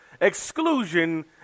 exclusion